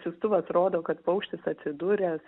siųstuvas rodo kad paukštis atsidūręs